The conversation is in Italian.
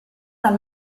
dal